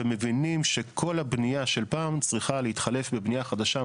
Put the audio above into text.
ומבינים שכל הבנייה של פעם צריכה להתחלף בבנייה חדשה,